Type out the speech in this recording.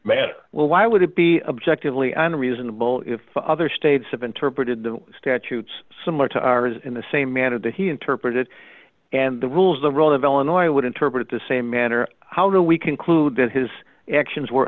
manner well why would it be objectively unreasonable if other states have interpreted the statutes similar to ours in the same manner that he interpreted and the rules the role of illinois would interpret the same manner how do we conclude that his actions were